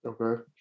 Okay